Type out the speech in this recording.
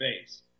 face